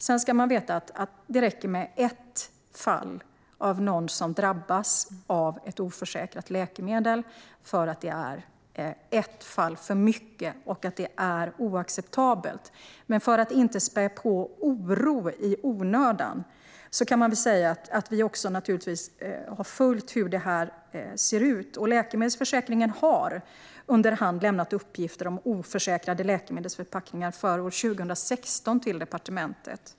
Sedan ska man veta att det räcker med ett fall där någon drabbas negativt av ett oförsäkrat läkemedel för att det ska vara ett fall för mycket och oacceptabelt. Men för att inte spä på oron i onödan kan jag säga att vi naturligtvis har följt hur det här ser ut. Läkemedelsförsäkringen har under hand lämnat uppgifter om oförsäkrade läkemedelsförpackningar för år 2016 till departementet.